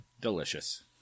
Delicious